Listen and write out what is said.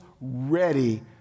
ready